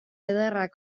ederrak